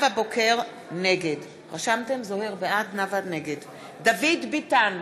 נגד דוד ביטן,